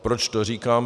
Proč to říkám?